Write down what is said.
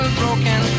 broken